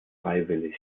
freiwillig